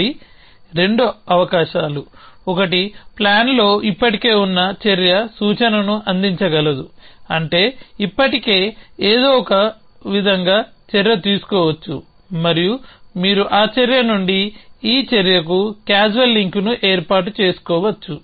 అవి రెండు అవకాశాలు ఒకటి ప్లాన్లో ఇప్పటికే ఉన్న చర్య సూచనను అందించగలదు అంటే ఇప్పటికే ఏదో విధంగా చర్య తీసుకోవచ్చు మరియు మీరు ఆ చర్య నుండి ఈ చర్యకు క్యాజువల్ లింక్ను ఏర్పాటు చేసుకోవచ్చు